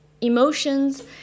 emotions